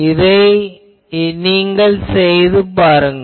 இதை நீங்கள் செய்து பாருங்கள்